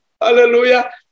Hallelujah